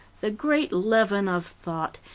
the great leaven of thought,